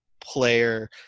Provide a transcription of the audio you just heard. player